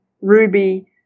ruby